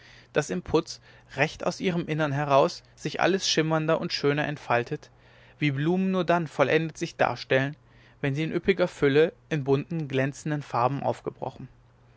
daß im putz recht aus ihrem innern heraus sich alles schimmernder und schöner entfaltet wie blumen nur dann vollendet sich darstellen wenn sie in üppiger fülle in bunten glänzenden farben aufgebrochen